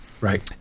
Right